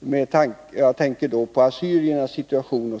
— jag tänker då särskilt på assyriernas situation.